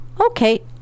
Okay